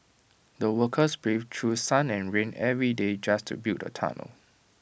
the workers braved through sun and rain every day just to build the tunnel